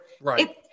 Right